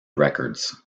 records